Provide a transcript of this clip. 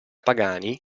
pagani